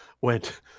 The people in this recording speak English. went